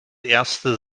erste